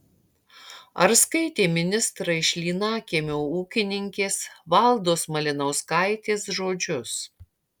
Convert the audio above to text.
ar skaitė ministrai šlynakiemio ūkininkės valdos malinauskaitės žodžius